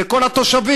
זה כל התושבים.